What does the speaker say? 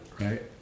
right